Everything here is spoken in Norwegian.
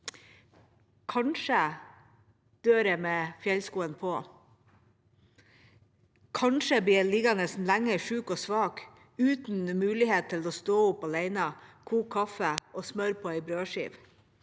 Kanskje dør jeg med fjellskoene på, kanskje blir jeg liggende lenge syk og svak, uten mulighet til å stå opp alene, koke kaffe og smøre på en brødskive.